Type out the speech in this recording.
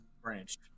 Branch